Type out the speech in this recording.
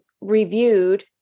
reviewed